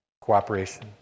cooperation